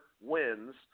wins